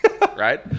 Right